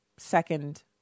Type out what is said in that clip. second